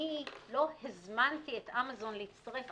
אני לא הזמנתי את אמזון להצטרף,